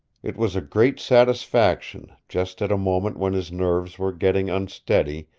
it was a great satisfaction, just at a moment when his nerves were getting unsteady,